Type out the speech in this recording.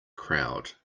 crowd